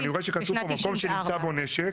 אבל אני רואה שכתוב פה: מקום שנמצא בו נשק,